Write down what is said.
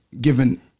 Given